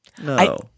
No